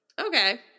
Okay